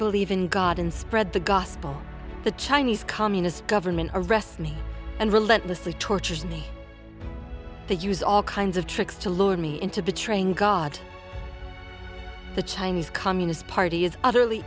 believe in god and spread the gospel the chinese communist government arrest me and relentlessly tortures me they use all kinds of tricks to lure me into betraying god the chinese communist party is utterly